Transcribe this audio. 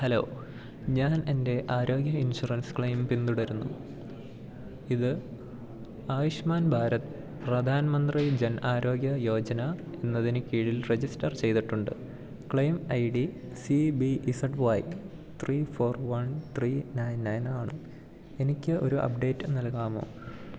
hello ഞാനെൻ്റെ ആരോഗ്യ insurance claim പിന്തുടരുന്നു ഇത് ആയുഷ്മാൻ ഭാരത് പ്രധാൻമന്ത്രി ജൻ ആരോഗ്യ യോജന എന്നതിന് കീഴിൽ റെജിസ്റ്റർ ചെയ്തിട്ടുണ്ട് claim I D C B Z Y three four one three nine nine ആണ് എനിക്കൊരു അപ്ഡേറ്റ് നൽകാമോ